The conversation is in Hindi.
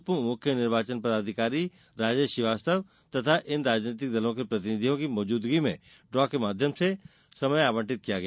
उप मुख्य निर्वाचन पदाधिकारी राजेश श्रीवास्तव तथा इन राजनीतिक दलों के प्रतिनिधियों की मौजूदगी में ड्रा के माध्यम से समय आवंटन किया गया